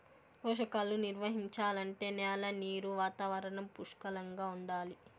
పోషకాలు నిర్వహించాలంటే న్యాల నీరు వాతావరణం పుష్కలంగా ఉండాలి